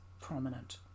prominent